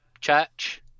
church